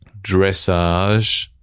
dressage